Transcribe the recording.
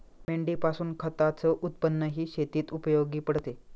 मेंढीपासून खताच उत्पन्नही शेतीत उपयोगी पडते